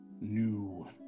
new